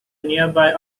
nearby